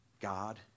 God